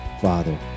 Father